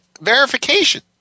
verification